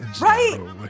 Right